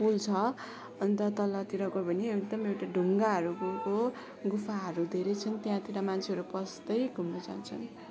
पुल छ अन्त तलतिर गयो भने एकदम एउटा ढुङ्गाहरूको गुफाहरू धेरै छन् त्यहाँतिर मान्छेहरू पस्दै घुम्नु जान्छन्